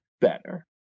better